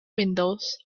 windows